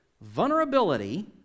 Vulnerability